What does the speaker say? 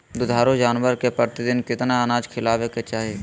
दुधारू जानवर के प्रतिदिन कितना अनाज खिलावे के चाही?